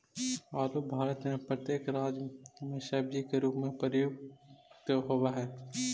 आलू भारत में प्रत्येक राज्य में सब्जी के रूप में प्रयुक्त होवअ हई